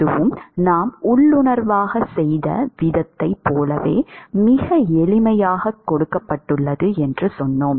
அதுவும் நாம் உள்ளுணர்வாகச் செய்த விதத்தைப் போலவே மிக எளிமையாகக் கொடுக்கப்பட்டுள்ளது என்று சொன்னோம்